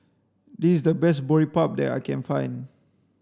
this is the best Boribap that I can find